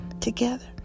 together